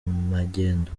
magendu